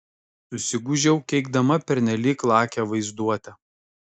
susigūžiau keikdama pernelyg lakią vaizduotę